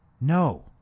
No